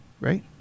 right